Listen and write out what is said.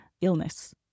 illness